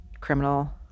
criminal